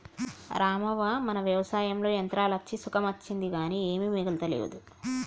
రామవ్వ మన వ్యవసాయంలో యంత్రాలు అచ్చి సుఖం అచ్చింది కానీ ఏమీ మిగులతలేదు